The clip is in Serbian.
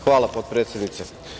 Hvala potpredsednice.